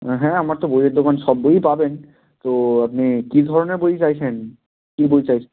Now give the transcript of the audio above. হ্যাঁ আমার তো বইয়ের দোকান সব বইই পাবেন তো আপনি কী ধরনের বই চাইছেন কী বই চাই